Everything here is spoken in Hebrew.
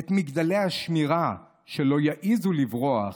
את מגדלי השמירה, שלא יעזו לברוח,